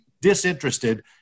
disinterested